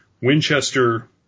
Winchester